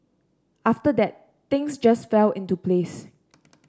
after that things just fell into place